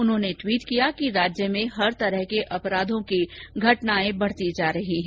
उन्होंने ट्वीट किया राज्य में हर तरह के अपराधों की घटनाएं बढती जा रही हैं